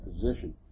position